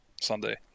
Sunday